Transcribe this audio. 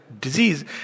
disease